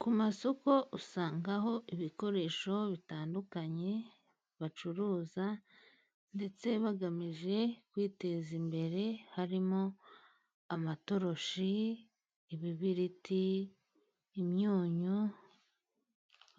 Ku masoko usangaho ibikoresho bitandukanye bacuruza, ndetse bagamije kwiteza imbere, harimo amatoroshi, ibibiriti, imyunyu,